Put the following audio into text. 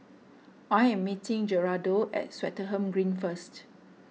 I am meeting Gerardo at Swettenham Green first